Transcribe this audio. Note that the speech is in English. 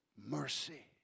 mercy